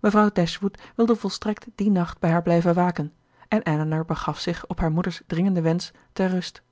mevrouw dashwood wilde volstrekt dien nacht bij haar blijven waken en elinor begaf zich op haar moeder's dringenden wensch ter rust